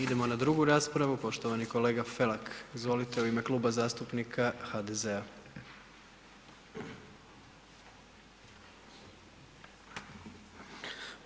Idemo na drugu raspravu poštovani kolega Felak, izvolite u ime Kluba zastupnika HDZ-a.